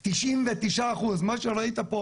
של 99%. מה שראית פה